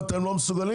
אם אתם לא מסוגלים,